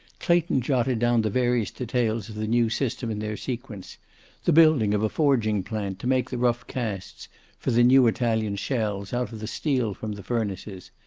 clayton jotted down the various details of the new system in their sequence the building of a forging plant to make the rough casts for the new italian shells out of the steel from the furnaces,